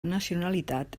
nacionalitat